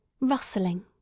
rustling